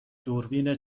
دوربین